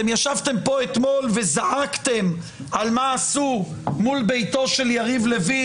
ישבתם פה אתמול וזעקתם על מה שעשו מול ביתו של יריב לוין.